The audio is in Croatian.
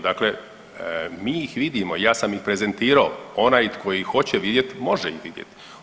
Dakle, mi ih vidimo, ja sam ih prezentirao, onaj tko ih hoće vidjeti može ih vidjeti.